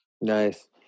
Nice